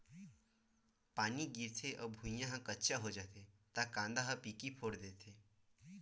पानी गिरथे अउ भुँइया ह कच्चा होथे त कांदा ह पीकी फोर देथे